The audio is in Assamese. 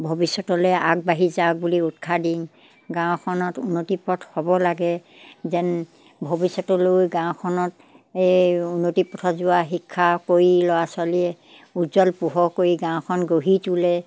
ভৱিষ্যতলৈ আগবাঢ়ি যাওক বুলি উৎসাহ দিওঁ গাঁওখনত উন্নতি পথ হ'ব লাগে যেন ভৱিষ্যতলৈ গাঁওখনত এই উন্নতি পথত যোৱা শিক্ষা কৰি ল'ৰা ছোৱালীয়ে উজ্জ্বল পোহৰ কৰি গাঁওখন গঢ়ি তোলে